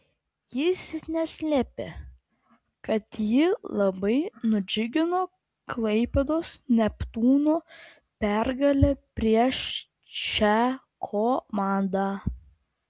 jis neslėpė kad jį labai nudžiugino klaipėdos neptūno pergalė prieš šią komandą